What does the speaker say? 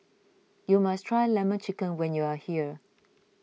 you must try Lemon Chicken when you are here